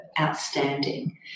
outstanding